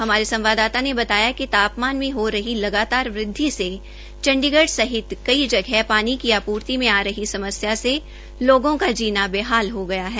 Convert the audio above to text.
हमारे संवाददाता ने बताया कि तापमान में हो रही लगातार वृद्वि से चंडीगढ़ सहित कई जगह पानी की आपूर्ति में आ रही समस्या से लोगों का जीना बेहाल हो गया है